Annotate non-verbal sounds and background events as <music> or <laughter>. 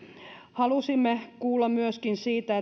halusimme kuulla myöskin siitä <unintelligible>